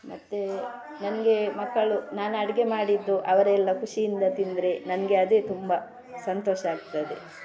ಮತ್ತು ನನಗೆ ಮಕ್ಕಳು ನಾನು ಅಡುಗೆ ಮಾಡಿದ್ದು ಅವರೆಲ್ಲ ಖುಷಿಯಿಂದ ತಿಂದರೆ ನನಗೆ ಅದೇ ತುಂಬ ಸಂತೋಷ ಆಗ್ತದೆ